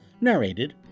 narrated